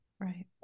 Right